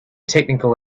technical